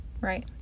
Right